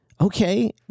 Okay